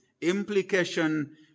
implication